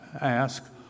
ask